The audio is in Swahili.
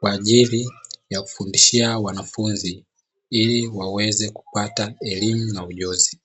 kwa ajili ya kufundishia wanafunzi ili waweze kupata elimu na ujuzi.